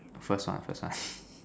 first one first one